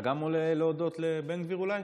אתה גם עולה להודות, לבן גביר, אולי?